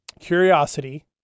curiosity